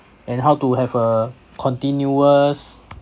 and how to have a continuous